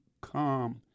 come